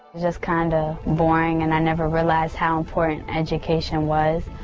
just kind of boring and i never realized how important education was,